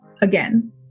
again